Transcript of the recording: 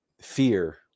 fear